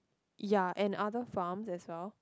ya and other farms as well